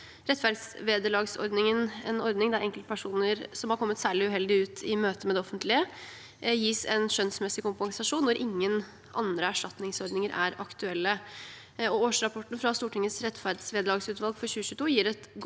rettferdsvederlagsordningen en ordning der enkeltpersoner som har kommet særlig uheldig ut i møte med det offentlige, gis en skjønnsmessig kompensasjon når ingen andre erstatningsordninger er aktuelle. Årsrapporten fra Stortingets rettferdsvederlagsutvalg for 2022 gir et godt